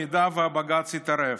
אם בג"ץ יתערב.